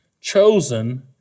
chosen